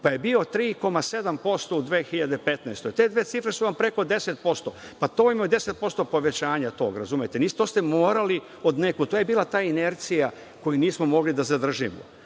pa je bio 3,7% u 2015. godini. Te dve cifre su vam preko 10%, pa to vam je 10% povećanja tog, razumete. To ste morali odnekud. To je bila ta inercija koju nismo mogli da zadržimo.